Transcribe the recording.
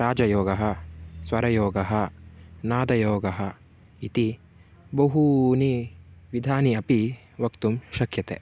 राजयोगः स्वरयोगः नादयोगः इति बहवः विधाः अपि वक्तुं शक्यते